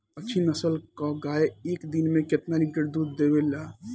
अच्छी नस्ल क गाय एक दिन में केतना लीटर दूध देवे ला?